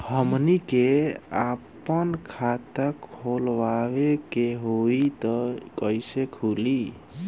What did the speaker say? हमनी के आापन खाता खोलवावे के होइ त कइसे खुली